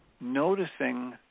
noticing